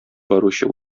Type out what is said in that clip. баручы